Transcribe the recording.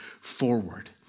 forward